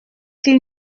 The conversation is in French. qu’il